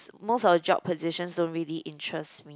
most of the job positions don't really interests me